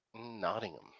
Nottingham